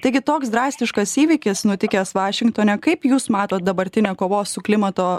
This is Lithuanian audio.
taigi toks drastiškas įvykis nutikęs vašingtone kaip jūs matot dabartinę kovos su klimato